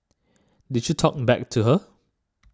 did you talk back to her